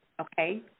okay